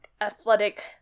athletic